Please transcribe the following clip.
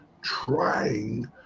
trying